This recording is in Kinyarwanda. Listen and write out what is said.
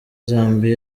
zambia